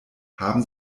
haben